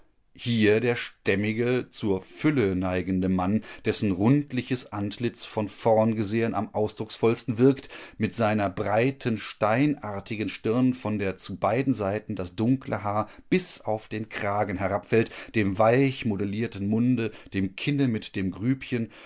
hier der stämmige zur fülle neigende mann dessen rundliches antlitz von vorn gesehen am ausdrucksvollsten wirkt mit seiner breiten steinartigen stirn von der zu beiden seiten das dunkle haar bis auf den kragen herabfällt dem weich modellierten munde dem kinne mit dem grübchen